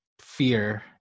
fear